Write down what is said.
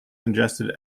ingested